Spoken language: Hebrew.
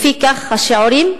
לפיכך השיעורים,